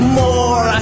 more